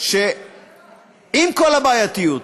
שעם כל הבעייתיות,